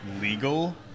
legal